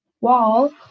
Wall